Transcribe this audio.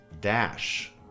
dash